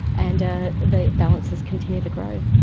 and ah the balances continue to grow.